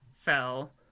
fell